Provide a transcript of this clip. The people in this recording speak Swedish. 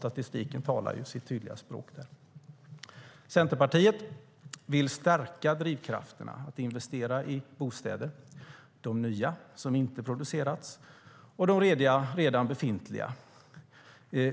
Statistiken talar ju sitt tydliga språk där. Centerpartiet vill stärka drivkrafterna att investera i bostäder, de nya som inte har producerats och de redan befintliga.